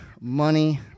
money